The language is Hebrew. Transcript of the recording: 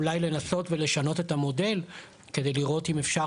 אולי לנסות ולשנות את המודל כדי לראות אם אפשר,